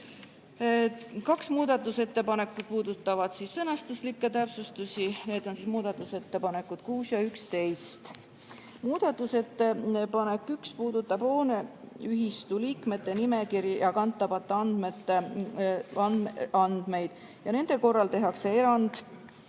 Kaks muudatusettepanekut puudutavad sõnastuslikke täpsustusi. Need on muudatusettepanekud nr 6 ja 11. Muudatusettepanek nr 1 puudutab hooneühistu liikmete nimekirja kantavaid andmeid ja nende korral tehakse erand: